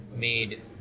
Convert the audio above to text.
made